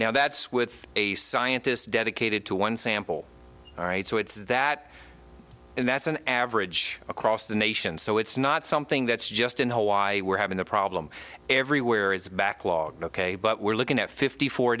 now that's with a scientist dedicated to one sample all right so it's that and that's an average across the nation so it's not something that's just in hawaii we're having a problem everywhere is a backlog ok but we're looking at fifty four